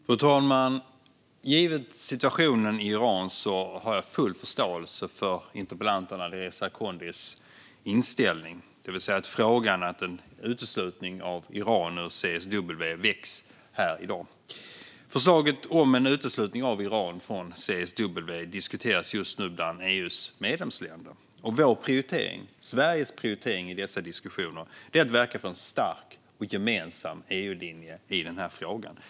Fru talman! Givet situationen i Iran har jag full förståelse för interpellanten Alireza Akhondis inställning, det vill säga att frågan om en uteslutning av Iran ur CSW väcks här i dag. Förslaget om en uteslutning av Iran från CSW diskuteras just nu bland EU:s medlemsländer, och Sveriges prioritering i dessa diskussioner är att verka för en stark och gemensam EU-linje i den här frågan.